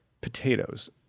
Potatoes